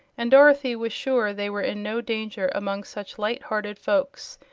and dorothy was sure they were in no danger among such light-hearted folks,